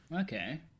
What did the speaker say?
Okay